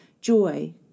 joy